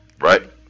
Right